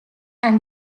and